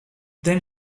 then